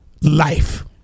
life